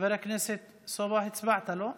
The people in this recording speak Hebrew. חבר הכנסת סובה, הצבעת, לא?